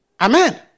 Amen